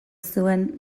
zuen